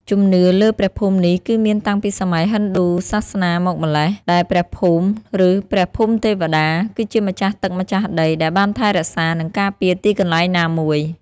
ជំនឿលើព្រះភូមិនេះគឺមានតាំងពីសម័យហិណ្ឌូសាសនាមកម្ល៉េះ ដែលព្រះភូមិ ឬ ព្រះភូមិទេវតា គឺជាម្ចាស់ទឹកម្ចាស់ដីដែលបានថែរក្សា និងការពារទីកន្លែងណាមួយ។